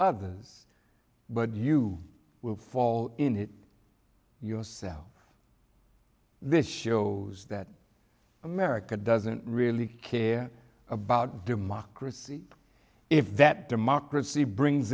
others but you will fall in it yourself this shows that america doesn't really care about democracy if that democracy brings